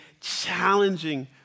challenging